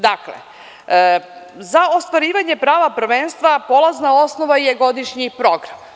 Dakle, za ostvarivanje prava prvenstva polazna osnova je godišnji program.